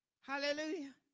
hallelujah